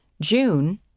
June